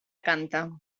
canta